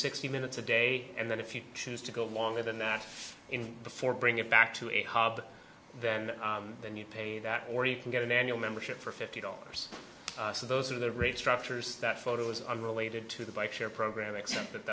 sixty minutes a day and then if you choose to go longer than that in the four bring it back to a hub then then you pay that or you can get an annual membership for fifty dollars so those are the rates structures that photo is unrelated to the bike share program except that